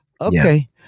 Okay